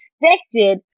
expected